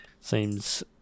Seems